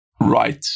right